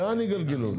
לאן יגלגלו?